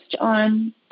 on